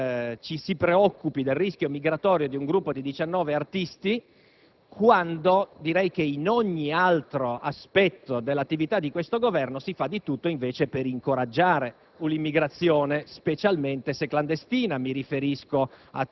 Aggiungo che è ulteriormente bizzarro che ci si preoccupi del rischio migratorio di un gruppo di 19 artisti quando in ogni altro aspetto dell'attività di questo Governo si fa di tutto invece per incoraggiare